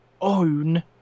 own